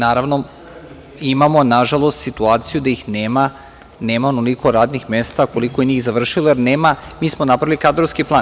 Naravno, imamo na žalost situaciju da ih nema, jer nema toliko radnih mesta koliko je njih završilo, jer nismo napravili kadrovski plan.